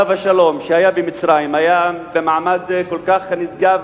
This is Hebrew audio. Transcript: עליו השלום, שהיה במצרים, היה במעמד כל כך נשגב